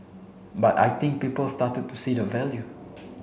but I think people started to see the value